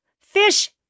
fish